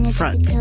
front